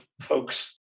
folks